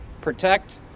protect